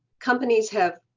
companies have,